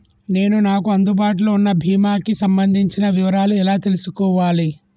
నేను నాకు అందుబాటులో ఉన్న బీమా కి సంబంధించిన వివరాలు ఎలా తెలుసుకోవాలి?